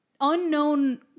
unknown